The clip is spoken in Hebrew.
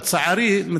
לצערי,